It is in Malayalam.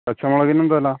പച്ചമുളകിന് എന്താ വില